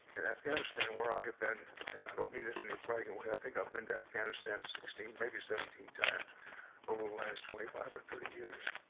in afghanistan, where i have been and i don't mean this in a bragging way i think i've been to afghanistan sixteen, maybe seventeen times over the last twenty five or thirty years.